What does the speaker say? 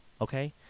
okay